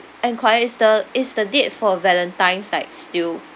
enquire is the is the date for valentine like still